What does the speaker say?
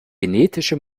genetische